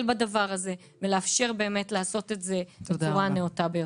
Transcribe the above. על הדבר הזה ולאפשר לעשות את זה בצורה נאותה.